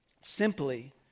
simply